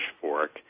fork